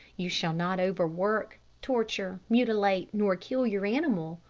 you shall not overwork, torture, mutilate, nor kill your animal,